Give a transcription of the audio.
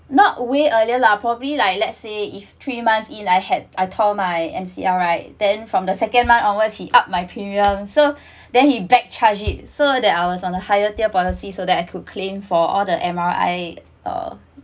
not way earlier lah probably like let's say if three months in I had I tore my M_C_L right then from the second month onwards he up my premium so then he back charge it so then I was on the higher tier policy so that I could claim for all the M_R_I uh